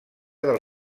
del